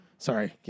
Sorry